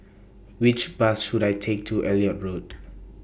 Which Bus should I Take to Elliot Road